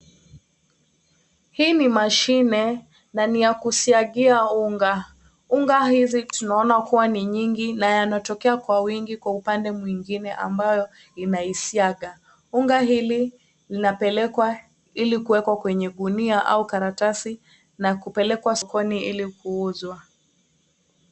Hii ni mashine na ni ya kusiagiwa unga. Unga hizi tunaona kuwa ni nyingi na anatokea kwa wingi kwa upande mwingine ambayo inaisiaga. Unga hili linapelekwa ili kuwekwa kwenye gunia au karatasi na kupelekwa sokoni ili kuuzwa.